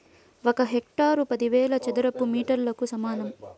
ఒక హెక్టారు పదివేల చదరపు మీటర్లకు సమానం